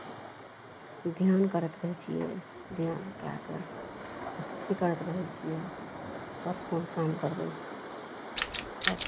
ध्यान करैत रहै छियै ध्यान कए कऽ करैत रहै छियै आओर कोन काम करबै बस